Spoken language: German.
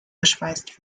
geschweißt